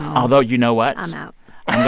although, you know what? i'm out